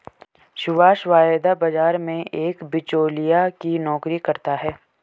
सुभाष वायदा बाजार में एक बीचोलिया की नौकरी करता है